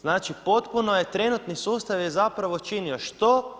Znači potpuno je, trenutni sustav je zapravo činio što?